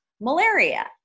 malaria